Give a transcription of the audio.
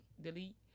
Delete